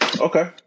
Okay